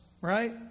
Right